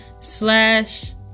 slash